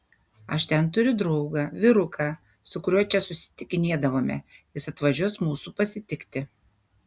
aš ten turiu draugą vyruką su kuriuo čia susitikinėdavome jis atvažiuos mūsų pasitikti